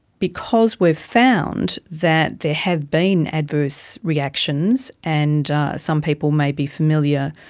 because we've found that there have been adverse reactions, and some people may be familiar,